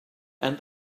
and